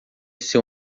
esse